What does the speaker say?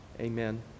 amen